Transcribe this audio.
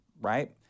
right